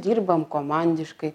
dirbam komandiškai